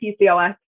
PCOS